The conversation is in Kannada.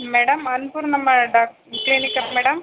ಮೇಡಮ್ ಅನ್ನಪೂರ್ಣಮ್ಮ ಡಾಕ್ ಕ್ಲಿನಿಕ್ಕ ಮೇಡಮ್